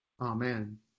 Amen